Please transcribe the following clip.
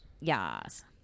Yes